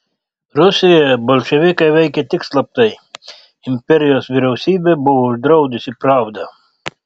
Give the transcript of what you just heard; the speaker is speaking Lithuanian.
rusijoje bolševikai veikė tik slaptai imperijos vyriausybė buvo uždraudusi pravdą